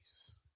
Jesus